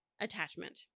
attachment